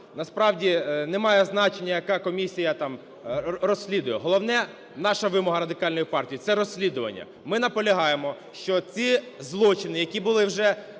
насправді, немає значення, яка комісія там розслідує, головне, наша вимога, Радикальної партії – це розслідування. Ми наполягаємо, що ці злочини, які були вже